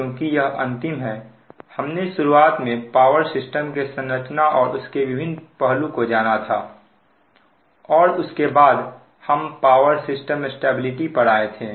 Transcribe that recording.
क्योंकि यह अंतिम है हमने शुरुआत में पावर सिस्टम के संरचना और उसके विभिन्न पहलु को जाना था और उसके बाद हम पावर सिस्टम स्टेबिलिटी पर आए थे